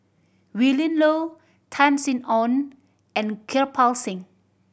Willin Low Tan Sin Aun and Kirpal Singh